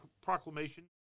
Proclamation